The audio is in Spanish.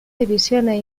divisiones